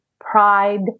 pride